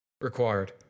required